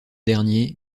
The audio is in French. dernier